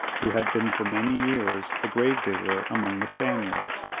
who had been for many years a grave-digger among the spaniards,